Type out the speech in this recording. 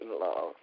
love